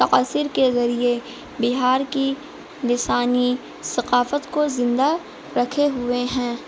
تاثر کے ذریعے بہار کی لسانی ثقافت کو زندہ رکھے ہوئے ہیں